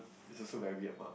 is also very weird mah